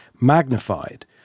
magnified